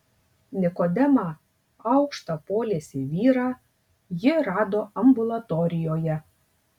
nikodemą aukštą poliesį vyrą ji rado ambulatorijoje